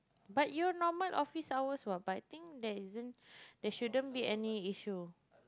but your normal office hours what but I think there isn't there shouldn't be any issue